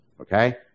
Okay